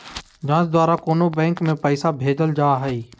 जाँच द्वारा कोनो बैंक में पैसा भेजल जा हइ